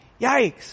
Yikes